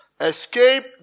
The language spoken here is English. escape